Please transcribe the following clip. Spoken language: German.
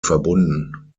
verbunden